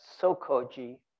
Sokoji